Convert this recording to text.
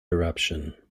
eruption